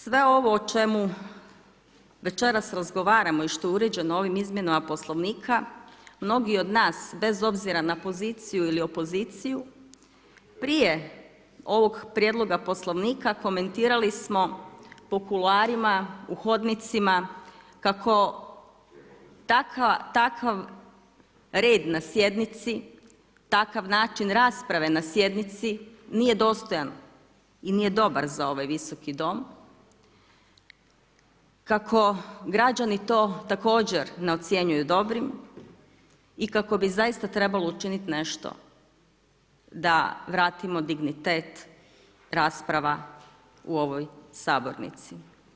Sve ovo o čemu večeras razgovaramo i što je uređeno ovim izmjenama Poslovnika mnogi od nas bez obzira na poziciju ili opoziciju prije ovog prijedloga Poslovnika komentirali smo po kuloarima, u hodnicima kako takav red na sjednici, takav način rasprave na sjednici nije dostojan i nije dobar za ovaj Visoki dom, kako građani to također ne ocjenjuju dobrim i kako bi zaista trebalo učiniti nešto da vratimo dignitet rasprava u ovoj sabornici.